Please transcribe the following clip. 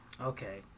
okay